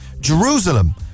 Jerusalem